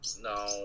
No